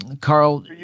Carl